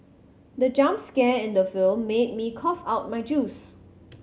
the jump scare in the film made me cough out my juice